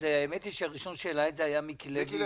--- האמת היא שהראשון שהעלה את זה היה מיקי לוי,